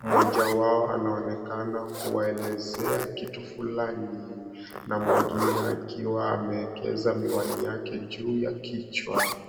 Mmoja wao anaonekana kuwaelezea kitu fulani, na mwingine akiwa ameekeza miwani yake juu ya kichwa.